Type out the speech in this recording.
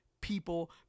people